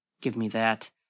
give-me-that